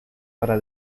para